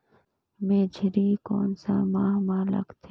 मेझरी कोन सा माह मां लगथे